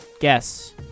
Guess